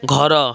ଘର